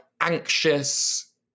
anxious